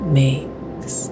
makes